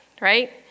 Right